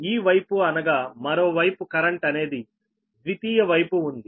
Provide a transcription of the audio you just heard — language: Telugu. ఈ వైపు అనగా మరోవైపు కరెంట్ అనేది ద్వితీయ వైపు ఉంది